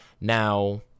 Now